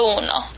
uno